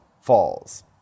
falls